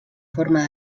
forma